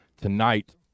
tonight